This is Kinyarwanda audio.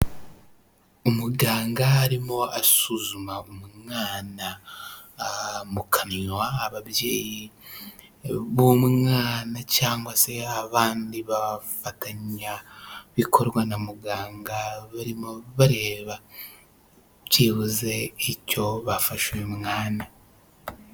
Umuganga arimo asuzuma umwana mu kanwa, ababyeyi b'umwana cyangwa se abandi bafatanyabikorwa na muganga barimo bareba byibuze icyo bafasha uyu mwana.